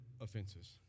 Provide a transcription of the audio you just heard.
offenses